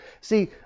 See